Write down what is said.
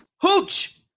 Hooch